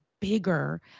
bigger